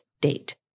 date